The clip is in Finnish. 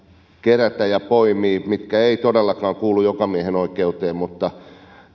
kerätä ja poimia jotka eivät todellakaan kuulu jokamiehenoikeuteen mutta